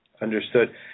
Understood